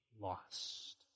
lost